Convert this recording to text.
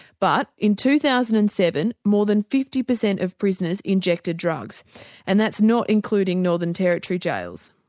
but in two thousand and seven more than fifty percent of prisoners injected drugs and that's not including northern territory jails.